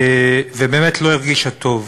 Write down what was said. ובאמת לא הרגישה טוב.